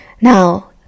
now